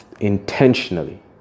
intentionally